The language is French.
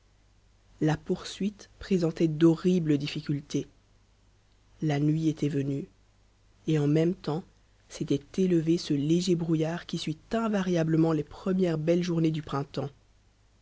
la poursuite présentait d'horribles difficultés la nuit était venue et en même temps s'était élevé ce léger brouillard qui suit invariablement les premières belles journées du printemps